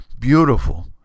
beautiful